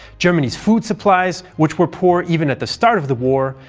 germany's food supplies, which were poor even at the start of the war,